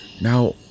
Now